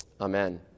Amen